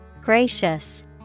Gracious